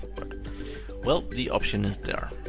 but well, the option is there.